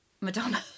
Madonna